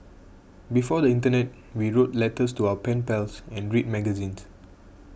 before the internet we wrote letters to our pen pals and read magazines